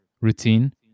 routine